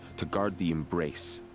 to guard the embrace.